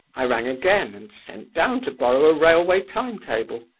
i rang again, and sent down to borrow a railway time-table.